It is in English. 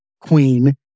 queen